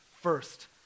first